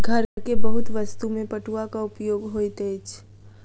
घर के बहुत वस्तु में पटुआक उपयोग होइत अछि